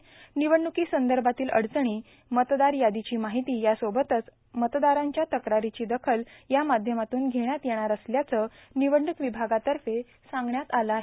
निवडणुकॉसंदभातील अडचणी मतदार यादींची मार्ाहती यासोबतच मतदारांच्या तक्रार्रांची दखल या माध्यमातून घेण्यात येणार असल्याचं निवडणूक र्वभागातफ सांगण्यात आलं आहे